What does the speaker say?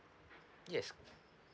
yes